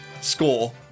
score